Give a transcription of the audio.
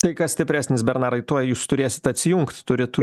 tai kas stipresnis bernarai tuoj jūs turėsit atsijungt turit